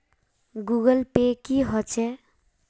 Google पै की होचे?